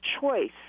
choice